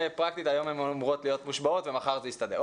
פרקטית היום הן אמורות להיות מושבעות ומחר זה יסתדר.